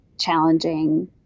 challenging